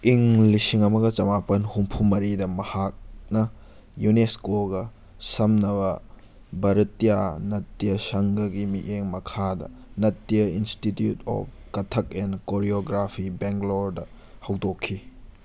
ꯏꯪ ꯂꯤꯁꯤꯡ ꯑꯃꯒ ꯆꯃꯥꯄꯟ ꯍꯨꯝꯐꯨꯃꯔꯤꯗ ꯃꯍꯥꯛꯅ ꯌꯨꯅꯦꯁꯀꯣꯒ ꯁꯝꯅꯕ ꯚꯥꯔꯠꯇꯤꯌꯥ ꯅꯇ꯭ꯌ ꯁꯪꯒꯒꯤ ꯃꯤꯠꯌꯦꯡ ꯃꯈꯥꯗ Natya institute of Kathak and choreography ꯕꯦꯡꯒ꯭ꯂꯣꯔꯗ ꯍꯧꯗꯣꯛꯈꯤ